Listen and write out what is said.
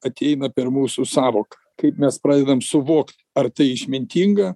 ateina per mūsų sąvoką kaip mes pradedam suvokt ar tai išmintinga